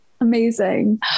amazing